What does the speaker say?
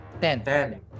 ten